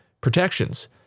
protections